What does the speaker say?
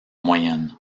moyenne